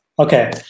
Okay